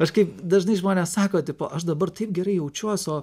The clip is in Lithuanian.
aš kaip dažnai žmonės sako tipo aš dabar taip gerai jaučiuos o